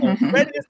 Ready